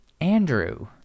Andrew